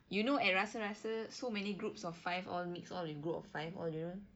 you know at rasa rasa so many groups of five all mix all in group of five all you know